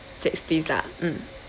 sixties lah mm